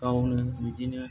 गावनो बिदिनो